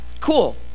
Cool